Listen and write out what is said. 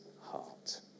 heart